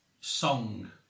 Song